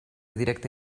directa